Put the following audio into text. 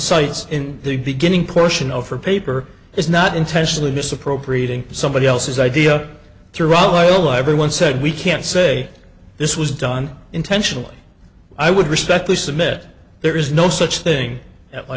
sites in the beginning portion of her paper is not intentionally misappropriating somebody else's idea through oh every one said we can't say this was done intentionally i would respectfully submit there is no such thing at